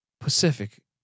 Pacific